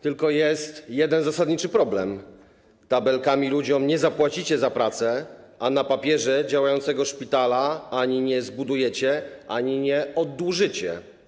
Tylko jest jeden zasadniczy problem - tabelkami ludziom nie zapłacicie za pracę, a na papierze działającego szpitala ani nie zbudujecie, ani nie oddłużycie.